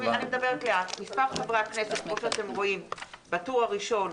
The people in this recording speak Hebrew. כתוב שמספר חברי הכנסת בטור הראשון